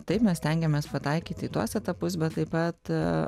taip mes stengiamės pataikyti į tuos etapus bet taip pat